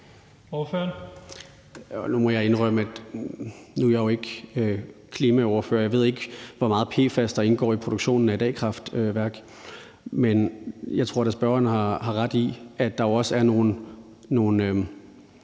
Ryle (LA): Nu må jeg indrømme – nu er jeg jo ikke klimaordfører – at jeg ikke ved, hvor meget PFAS, der indgår i produktionen af et a-kraftværk, men jeg tror da, spørgeren har ret i, at der er nogle